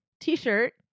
t-shirt